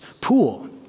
pool